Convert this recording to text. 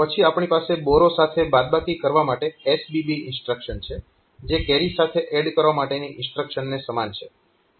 પછી આપણી પાસે બોરો સાથે બાદબાકી કરવા માટે SBB ઇન્સ્ટ્રક્શન છે જે કેરી સાથે ADD કરવા માટેની ઇન્સ્ટ્રક્શનને સમાન છે